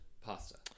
Pasta